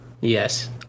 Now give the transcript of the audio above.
Yes